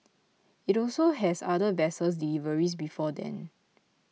it also has other vessels deliveries before then